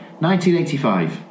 1985